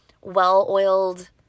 well-oiled